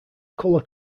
color